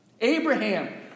Abraham